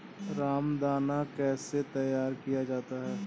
रामदाना कैसे तैयार किया जाता है?